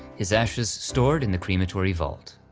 his ashes stored in the crematory vault.